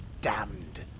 damned